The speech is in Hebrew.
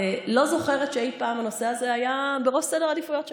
אני לא זוכרת שאי-פעם הנושא הזה היה בראש סדר העדיפויות שלו.